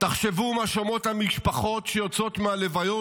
תחשבו מה שומעות המשפחות שיוצאות מהלוויות